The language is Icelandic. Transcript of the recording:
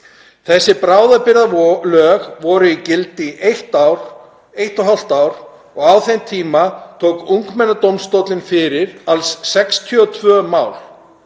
Þessi bráðabirgðalög voru í gildi í eitt og hálft ár og á þeim tíma tók ungmennadómstóllinn fyrir alls 62 mál.